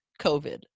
COVID